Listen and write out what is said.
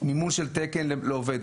מימוש של תקן לעובד.